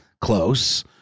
close